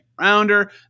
rounder